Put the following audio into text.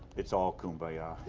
it's all kumbaya,